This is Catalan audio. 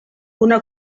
una